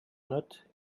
not